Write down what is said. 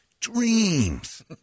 dreams